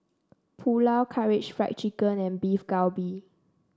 Pulao Karaage Fried Chicken and Beef Galbi